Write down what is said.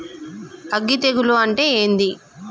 అగ్గి తెగులు అంటే ఏంది?